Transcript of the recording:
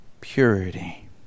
purity